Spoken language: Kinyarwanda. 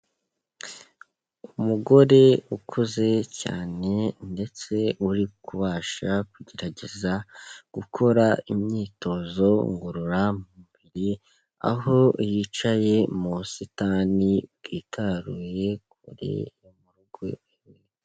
Umugore ukuze cyane ndetse uri kubasha kugerageza gukora imyitozo ngororabiri, aho yicaye mu busitani bwitaruye kure mu rugo.